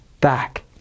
back